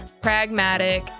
Pragmatic